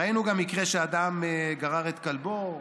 ראינו גם מקרה שאדם גרר את כלבו,